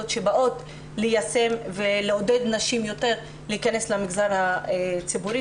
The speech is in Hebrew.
שבאות ליישם ולעודד נשים יותר להכנס למגזר הציבורי.